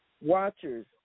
Watchers